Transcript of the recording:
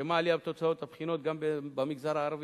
נרשמה עלייה בתוצאות הבחינות גם במגזר הערבי.